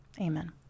Amen